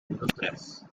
industrias